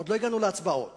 עוד לא הגענו להצבעות,